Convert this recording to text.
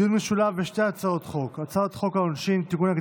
דיון משולב בשתי הצעות חוק: הצעת חוק העונשין (תיקון,